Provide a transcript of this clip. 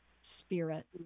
spirit